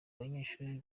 banyeshuri